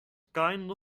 kind